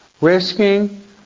risking